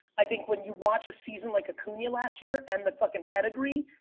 i think when you watch a season like acuna last year and the fucking pedigree,